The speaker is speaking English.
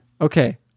Okay